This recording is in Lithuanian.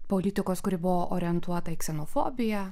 politikos kuri buvo orientuota į ksenofobiją